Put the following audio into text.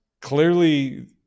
clearly